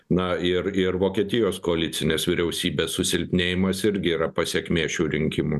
na ir ir vokietijos koalicinės vyriausybės susilpnėjimas irgi yra pasekmė šių rinkimų